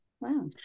Wow